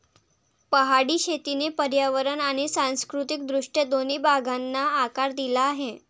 पहाडी शेतीने पर्यावरण आणि सांस्कृतिक दृष्ट्या दोन्ही भागांना आकार दिला आहे